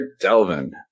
Delvin